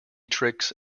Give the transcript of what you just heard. tricks